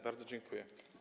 Bardzo dziękuję.